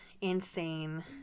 insane